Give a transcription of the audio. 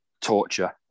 torture